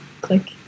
click